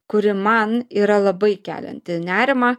kuri man yra labai kelianti nerimą